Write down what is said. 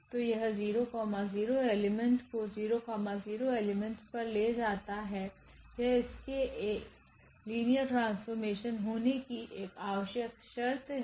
तो यह00 एलिमेंट को 00 एलिमेंट पर ले जाता है यह इसके एक लिनियर ट्रांसफॉर्मेशन होने कि एक आवश्यक शर्त है